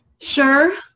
sure